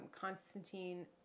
Constantine